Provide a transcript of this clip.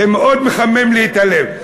זה מאוד מחמם לי את הלב.